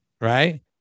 right